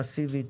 מסיבית,